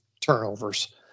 turnovers